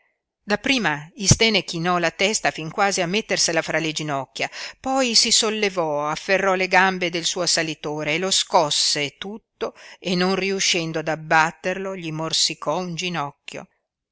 istène chinò la testa fin quasi a mettersela fra le ginocchia poi si sollevò afferrò le gambe del suo assalitore e lo scosse tutto e non riuscendo ad abbatterlo gli morsicò un ginocchio